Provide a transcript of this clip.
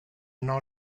non